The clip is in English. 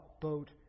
boat